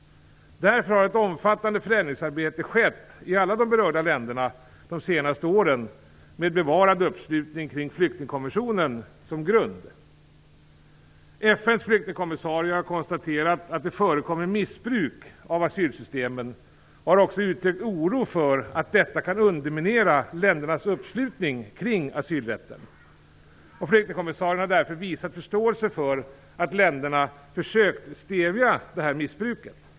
Därför har ett omfattande förändringsarbete skett i alla de berörda länderna de senaste åren, med bevarad uppslutning kring flyktingkonventionen som grund. FN:s flyktingkommissarie har konstaterat att det förekommer missbruk av asylsystemen och har också uttryckt oro för att detta kan underminera ländernas uppslutning kring asylrätten. Flyktingkommissarien har därför visat förståelse för att länderna försökt stävja detta missbruk.